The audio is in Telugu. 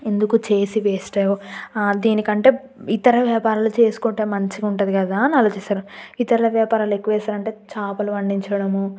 ఎందుకు చేసి వేస్టు దీనికంటే ఇతర వ్యాపారాలు చేసుకుంట మంచిగా ఉంటుంది కదా అని ఆలోచిస్తారు ఇతర వ్యాపారాలు ఎక్కువేసారంటే చేపలు పండించడము